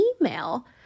email